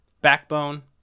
Backbone